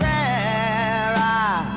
Sarah